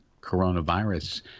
coronavirus